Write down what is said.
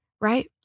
right